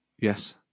Yes